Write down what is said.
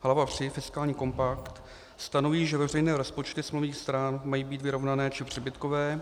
Hlava III Fiskální kompakt stanoví, že veřejné rozpočty smluvních stran mají být vyrovnané či přebytkové.